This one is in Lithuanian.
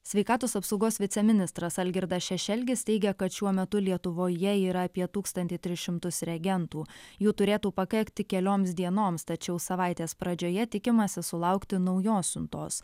sveikatos apsaugos viceministras algirdas šešelgis teigia kad šiuo metu lietuvoje yra apie tūkstantį tris šimtus reagentų jų turėtų pakakti kelioms dienoms tačiau savaitės pradžioje tikimasi sulaukti naujos siuntos